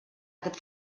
aquest